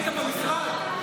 ראית במשרד?